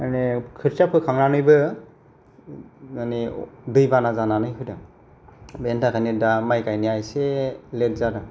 माने खोथिया फोखांनानैबो माने दैबाना जानानै होदों बेनि थाखायनो दा माइ गायनाया एसे लेट जादों